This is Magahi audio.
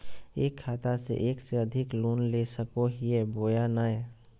एक खाता से एक से अधिक लोन ले सको हियय बोया नय?